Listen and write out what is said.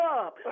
up